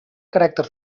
caràcter